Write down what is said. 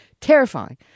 Terrifying